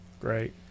Great